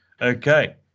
Okay